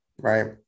right